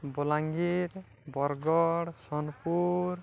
Balangir Bargarh Sonepur